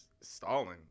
stalling